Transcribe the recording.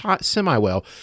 semi-well